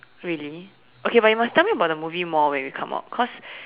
really okay but you must tell me about the movie more when we come out cause